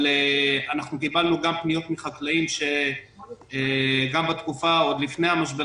קיבלנו גם פניות מחקלאים שגם בתקופה שלפני המשבר